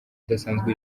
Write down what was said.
udasanzwe